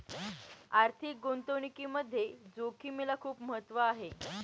आर्थिक गुंतवणुकीमध्ये जोखिमेला खूप महत्त्व आहे